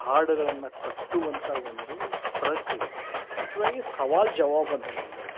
ಹಾಡುಗಳನ್ನು ಕಟ್ಟುವಂಥ ಒಂದು ಪ್ರಕ್ರಿಯೆ ಮುಖ್ಯವಾಗಿ ಸವಾಲು ಜವಾಬು